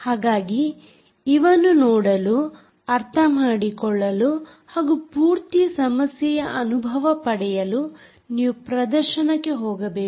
ಹಾಗಾಗಿ ಇವನ್ನು ನೋಡಲು ಅರ್ಥ ಮಾಡಿಕೊಳ್ಳಲು ಹಾಗೂ ಪೂರ್ತಿ ಸಮಸ್ಯೆಯ ಅನುಭವ ಪಡೆಯಲು ನೀವು ಪ್ರದರ್ಶನಕ್ಕೆ ಹೋಗಬೇಕು